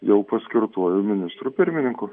jau paskirtuoju ministru pirmininku